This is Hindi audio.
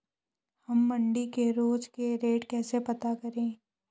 हम मंडी के रोज के रेट कैसे पता करें?